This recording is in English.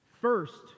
First